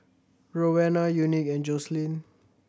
Roena Unique and Joselyn